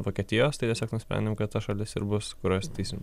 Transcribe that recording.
vokietijos tai tiesiog nusprendėm kad ta šalis ir bus kurioj statysim